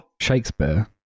Shakespeare